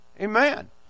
Amen